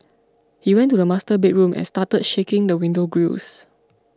he went to the master bedroom and started shaking the window grilles